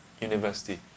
university